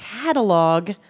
catalog